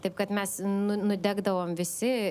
taip kad mes nu nudegdavom visi